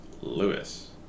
Lewis